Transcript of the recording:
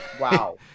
Wow